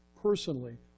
personally